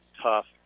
tough